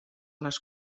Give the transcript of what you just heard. les